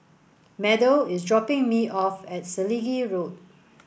Meadow is dropping me off at Selegie Road